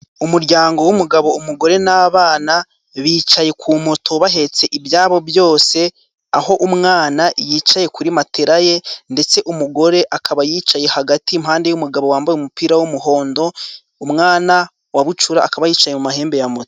Umuryango w'umugabo, umugore n'abana bicaye ku moto bahetse ibyabo byose, aho umwana yicaye kuri matera ye, ndetse umugore akaba yicaye hagati impande y'umugabo wambaye umupira w'umuhondo, umwana wa bucura akaba yicaye mu mahembe ya moto.